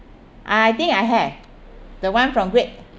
I think I have the one from great